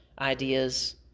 ideas